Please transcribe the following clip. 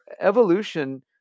evolution